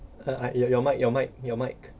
uh your your mic your mic your mic